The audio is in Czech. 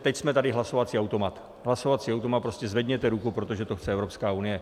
Teď jsme tady hlasovací automat, hlasovací automat, prostě zvedněte ruku, protože to chce Evropská unie.